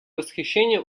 восхищение